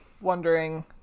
wondering